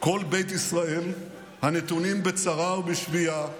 כל בית ישראל הנתונים בצרה ובשביה.